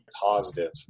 positive